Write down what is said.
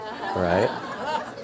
right